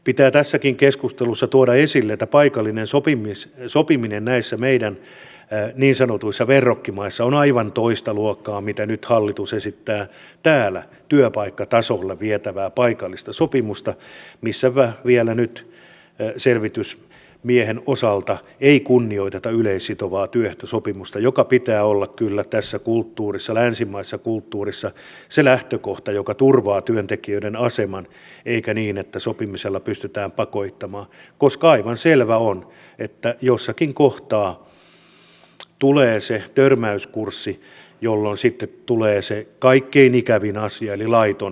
pitää tässäkin keskustelussa tuoda esille että paikallinen sopiminen näissä meidän niin sanotuissa verrokkimaissamme on aivan toista luokkaa kuin nyt hallitus esittää täällä työpaikkatasolle vietävää paikallista sopimista missä vielä nyt selvitysmiehen osalta ei kunnioiteta yleissitovaa työehtosopimusta jonka pitää olla kyllä tässä länsimaisessa kulttuurissa se lähtökohta joka turvaa työntekijöiden aseman eikä niin että sopimisella pystytään pakottamaan koska aivan selvä on että jossakin kohtaa tulee se törmäyskurssi jolloin sitten tulee se kaikkein ikävin asia eli laiton työtaistelutilanne